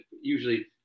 usually